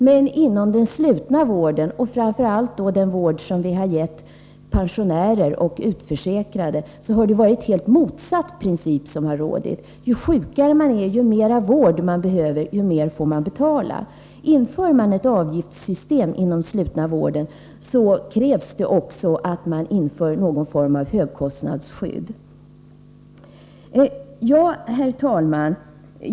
Men inom den slutna vården, framför allt den vård vi ger pensionärer och utförsäkrade, tillämpar vi en helt motsatt princip. Ju sjukare man är och ju mer vård man behöver, desto mer får man betala. Om ett avgiftssystem inom den slutna vården införs, då krävs det att man samtidigt inför någon form av högkostnadsskydd. Herr talman!